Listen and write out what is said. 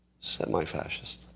Semi-fascist